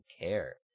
care